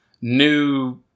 new